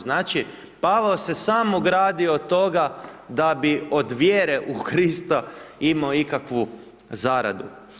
Znači, Pavao se sam ogradio od toga da bi od vjere u Krista imao ikakvu zaradu.